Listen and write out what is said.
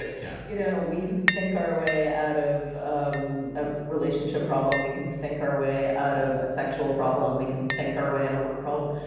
ah yeah you know we can think our way out of um a relationship problem. we can think our way out of a sexual problem. we can think our way out of a work problem.